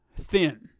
thin